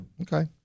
Okay